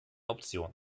option